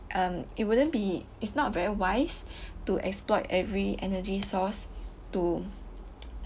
um it wouldn't be it's not very wise to exploit every energy source to